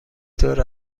طور